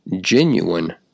genuine